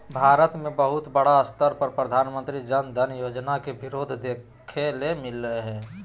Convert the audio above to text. भारत मे बहुत बड़ा स्तर पर प्रधानमंत्री जन धन योजना के विरोध देखे ले मिललय हें